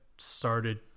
started